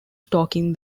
stalking